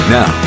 Now